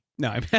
No